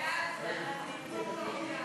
אומנה לילדים (תיקון),